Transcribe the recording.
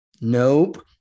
Nope